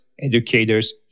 educators